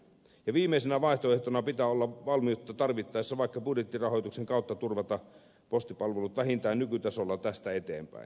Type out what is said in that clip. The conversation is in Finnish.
ja viimeisenä vaihtoehtona pitää olla valmiutta tarvittaessa vaikka budjettirahoituksen kautta turvata postipalvelut vähintään nykytasolla tästä eteenpäin